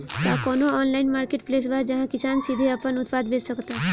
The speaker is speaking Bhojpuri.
का कोनो ऑनलाइन मार्केटप्लेस बा जहां किसान सीधे अपन उत्पाद बेच सकता?